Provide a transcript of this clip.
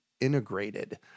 integrated